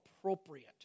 appropriate